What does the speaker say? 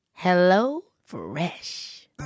HelloFresh